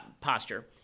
posture